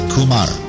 Kumar